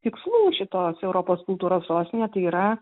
tikslų šitos europos kultūros sostinė tai yra